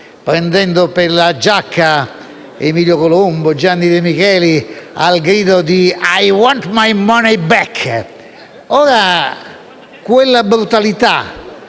prendendo per la giacca Emilio Colombo e Gianni De Michelis al grido di: «*I want my money back!*». Quella brutalità,